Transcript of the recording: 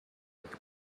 but